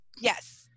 Yes